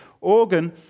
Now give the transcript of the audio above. organ